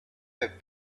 have